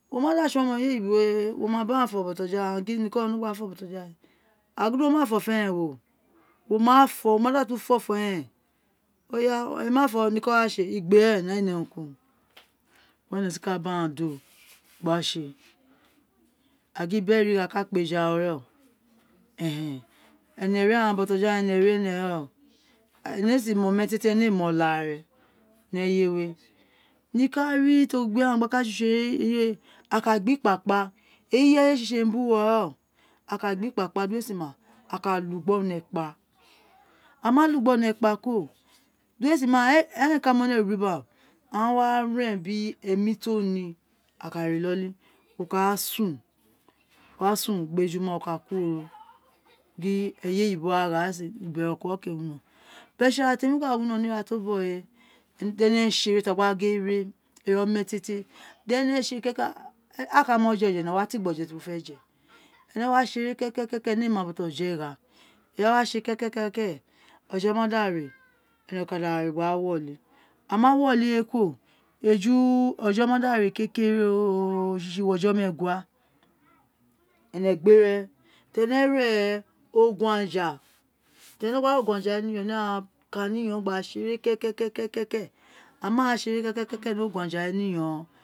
Wo ma da tson oma eyewe oyibo we mo ma bo agjan fo botoja we agin niko wo no bo aghen gba fo botoja we agin noko wo no bo aghen gna fo botoja we a yin di iwo ma fo ofo eren we o wo mafo wo ma da tun fo ofo erebwe ma for na igbe ee be urun ku urun eyi owin ene si bi aghan do gba tsi ee a kpa wo okeji okeete irq mq boggho ano gba ka irq a ma bogho ano gba ka irq a ma da ka a kabtsi we awa gbe wa ni ogbe ni yan yin a ma gbe wa ni ogbe ni yan yin ke tor wo wani olosho ti wo fe ta gbe olosho ti wo fe ta gbe we